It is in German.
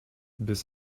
biss